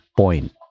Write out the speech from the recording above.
point